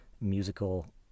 musical